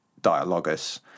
dialogus